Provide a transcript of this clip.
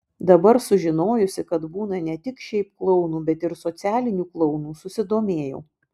dabar sužinojusi kad būna ne tik šiaip klounų bet ir socialinių klounų susidomėjau